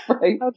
right